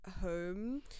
home